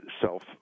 self